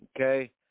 Okay